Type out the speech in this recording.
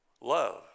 Love